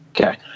okay